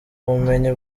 bumenyi